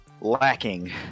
lacking